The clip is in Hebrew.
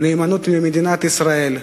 הנאמנות למדינת ישראל,